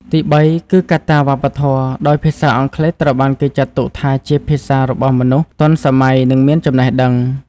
ទីបីគឺកត្តាវប្បធម៌ ដោយភាសាអង់គ្លេសត្រូវបានគេចាត់ទុកថាជាភាសារបស់មនុស្សទាន់សម័យនិងមានចំណេះដឹង។